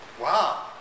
Wow